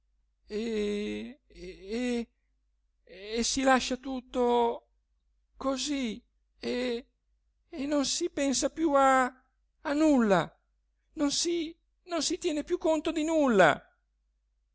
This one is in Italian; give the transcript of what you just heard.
e e si lascia tutto così e e non si pensa più a a nulla non si non si tien più conto di nulla